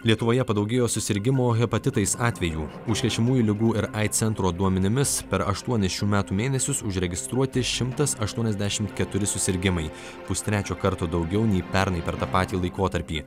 lietuvoje padaugėjo susirgimų hepatitais atvejų užkrečiamųjų ligų ir aids centro duomenimis per aštuonis šių metų mėnesius užregistruoti šimtas aštuoniasdešimt keturi susirgimai pustrečio karto daugiau nei pernai per tą patį laikotarpį